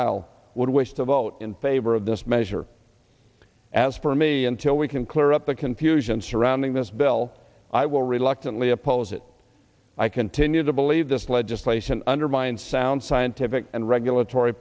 aisle would wish to vote in favor of this measure as for me until we can clear up the confusion surrounding this bill i will reluctantly oppose it i continue to believe this legislation undermine sound scientific and regulatory